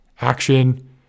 action